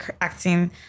acting